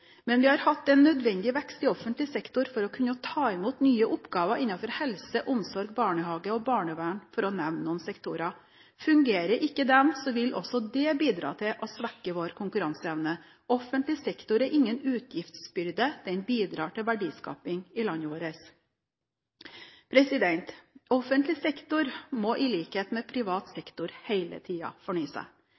for å kunne ta imot nye oppgaver innenfor helse, omsorg, barnehage og barnevern – for å nevne noen sektorer. Fungerer ikke disse, vil også det bidra til å svekke vår konkurranseevne. Offentlig sektor er ingen utgiftsbyrde. Den bidrar til verdiskaping i landet vårt. Offentlig sektor må i likhet med privat sektor hele tiden fornye seg.